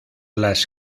las